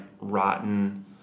rotten